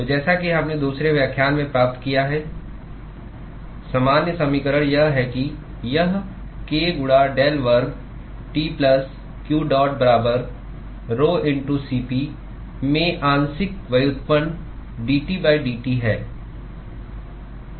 तो जैसा कि हमने दूसरे व्याख्यान में प्राप्त किया है सामान्य समीकरण यह है कि यह k गुणा डेल वर्ग T प्लस q डॉट बराबर rhoCp में आंशिक व्युत्पन्न dT dT है